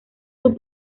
sus